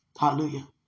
Hallelujah